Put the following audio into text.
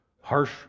harsh